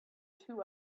two